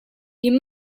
you